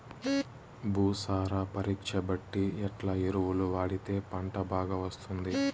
భూసార పరీక్ష బట్టి ఎట్లా ఎరువులు వాడితే పంట బాగా వస్తుంది?